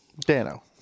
Dano